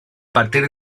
partir